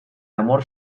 amor